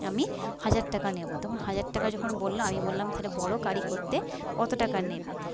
আমি হাজার টাকা নেবো তখন হাজার টাকা যখন বললো আমি বললাম তালে বড়ো গাড়ি করতে কত টাকা নেবে